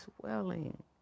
swelling